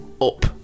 up